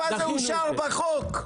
תתמודד עם הנתונים לגבי גובה הריבית.